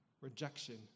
rejection